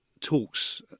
talks